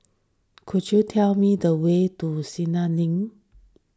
could you tell me the way to Senja Link